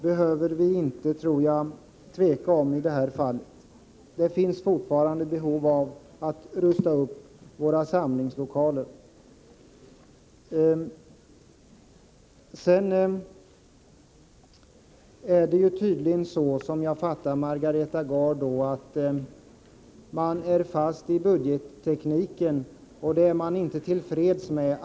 Det finns alltså fortfarande behov av en upprustning av våra samlingslokaler. Om jag fattade Margareta Gard rätt är man bunden av budgettekniken.